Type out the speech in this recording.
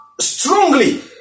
strongly